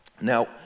Now